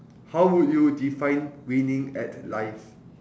how would you define winning at life